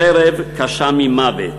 חרב קשה ממוות,